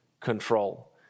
control